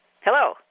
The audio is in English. Hello